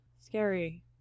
scary